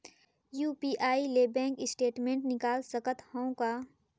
UPI ले bank statement निकाल सकत हवं का?